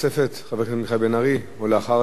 ולאחר הדברים של סגן שר החוץ, אתה